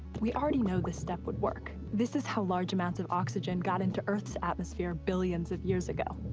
we already know this step would work. this is how large amounts of oxygen got into earth's atmosphere billions of years ago.